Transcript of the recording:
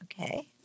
okay